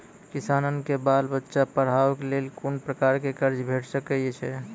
किसानक बाल बच्चाक पढ़वाक लेल कून प्रकारक कर्ज भेट सकैत अछि?